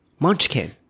Munchkin